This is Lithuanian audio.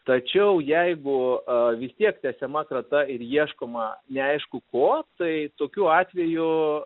tačiau jeigu a vis tiek tęsiama krata ir ieškoma neaišku ko tai tokiu atveju